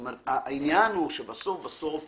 פעם היית צריך